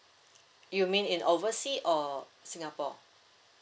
you mean in oversea or singapore